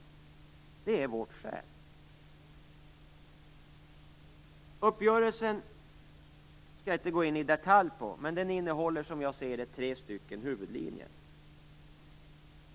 Detta är vårt skäl. Jag skall inte gå in i detalj på uppgörelsen, men den innehåller - som jag ser det - tre huvudlinjer.